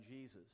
Jesus